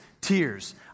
tears